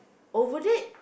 over there